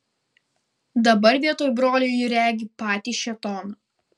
dabar vietoj brolio ji regi patį šėtoną